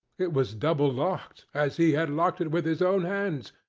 it was double-locked, as he had locked it with his own hands,